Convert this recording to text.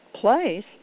place